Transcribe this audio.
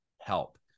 help